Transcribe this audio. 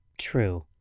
true.